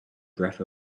breath